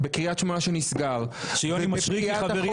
בקריית שמונה שנסגר --- זה שיוני מישרקי חברי